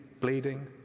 bleeding